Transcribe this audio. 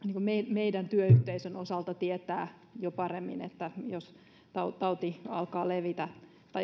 meidän työyhteisömme osalta tietää jo paremmin jos tauti alkaa levitä